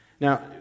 Now